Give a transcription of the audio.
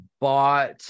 bought